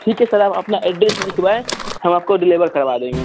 ठीक है सर आप अपना एड्रेस लिखवाएं हम आपको डिलीवर करवा देंगे